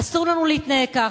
אסור לנו להתנהג כך.